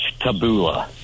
Tabula